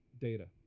data